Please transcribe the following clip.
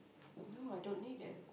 no I don't need it